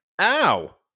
Ow